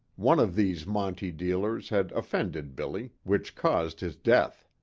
one of these monte dealers had offended billy, which caused his death.